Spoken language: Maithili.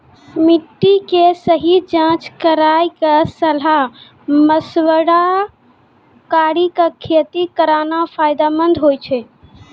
मिट्टी के सही जांच कराय क सलाह मशविरा कारी कॅ खेती करना फायदेमंद होय छै